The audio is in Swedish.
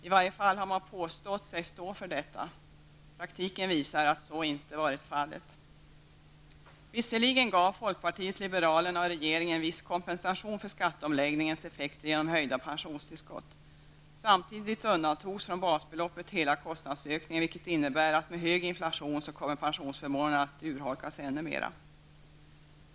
I varje fall har man påstått sig stå för detta. Praktiken visar att så inte har varit fallet. Visserligen gav folkpartiet liberalerna och regeringen genom höjda pensionstillskott viss kompensation för skatteomläggningens effekter. Samtidigt undantogs från basbeloppet hela kostnadsökningen, vilket innebär att pensionsförmånerna vid en hög inflation kommer att urholkas ännu mera.